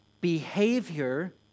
behavior